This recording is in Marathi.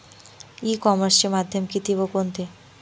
ई कॉमर्सचे माध्यम किती व कोणते?